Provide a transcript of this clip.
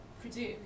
produce